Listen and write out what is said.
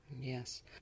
Yes